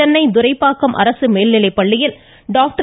சென்னை துரைப்பாக்கம் அரசு மேல்நிலைப்பள்ளியில் டாக்டர்